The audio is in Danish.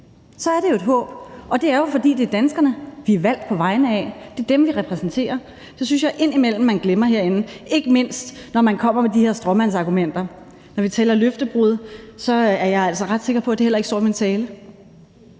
så er det et håb, og det er jo, fordi det er danskerne, vi er valgt på vegne af, og det er dem, vi repræsenterer. Det synes jeg at man herinde indimellem glemmer – ikke mindst når man kommer med de her stråmandsargumenter. Når vi taler løftebrud, er jeg altså ret sikker på, at det heller ikke står i min tale.